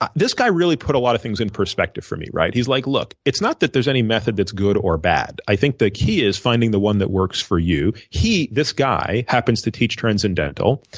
but this guy really put a lot of things in perspective for me, right. he's like, look, it's not that there's any method that's good or bad. i think the key is finding the one that works for you. this guy happens to teach transcendental.